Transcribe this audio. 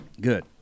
Good